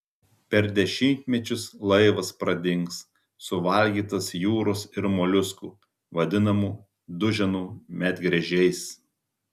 per dešimtmečius laivas pradings suvalgytas jūros ir moliuskų vadinamų duženų medgręžiais